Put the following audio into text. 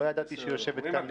לא ידעתי שהיא יושבת כאן לידנו.